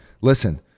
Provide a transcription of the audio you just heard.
Listen